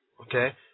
okay